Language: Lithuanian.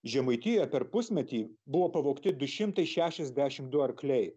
žemaitijoje per pusmetį buvo pavogti du šimtai šešiasdešimt du arkliai